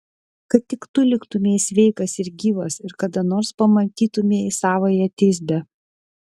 kad tik tu liktumei sveikas ir gyvas ir kada nors pamatytumei savąją tisbę